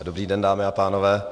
Dobrý den, dámy a pánové.